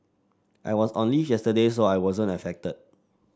I was on leave yesterday so I wasn't affected